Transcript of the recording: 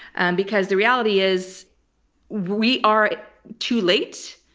and because the reality is we are too late,